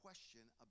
question